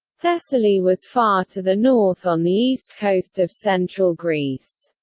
thessaly was far to the north on the east coast of central greece.